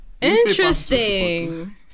Interesting